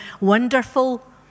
wonderful